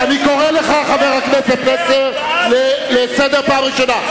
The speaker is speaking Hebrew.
אני קורא אותך לסדר, חבר הכנסת פלסנר, פעם ראשונה.